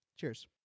Cheers